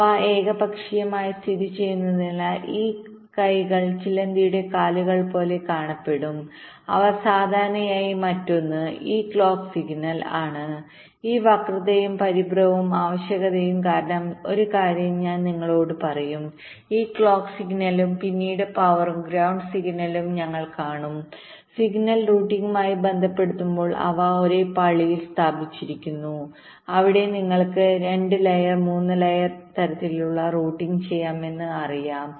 അവ ഏകപക്ഷീയമായി സ്ഥിതിചെയ്യുന്നതിനാൽ ഈ കൈകൾ ചിലന്തിയുടെ കാലുകൾ പോലെ കാണപ്പെടും അവ സാധാരണയായി മറ്റൊന്ന് ഈ ക്ലോക്ക് സിഗ്നൽ ആണ് ഈ വക്രതയും പരിഭ്രമവും ആവശ്യകതകളും കാരണം ഒരു കാര്യം ഞാൻ നിങ്ങളോട് പറയാം ഈ ക്ലോക്ക് സിഗ്നലും പിന്നീട് പവറും ഗ്രൌണ്ട് സിഗ്നലുകളും ഞങ്ങൾ കാണും സിഗ്നൽ റൂട്ടിംഗുമായി താരതമ്യപ്പെടുത്തുമ്പോൾ അവ ഒരേ പാളിയിൽ സ്ഥാപിച്ചിരിക്കുന്നു അവിടെ നിങ്ങൾക്ക് 2 ലെയർ 3 ലെയർ ഇത്തരത്തിലുള്ള റൂട്ടിംഗ് ചെയ്യാമെന്ന് അറിയാം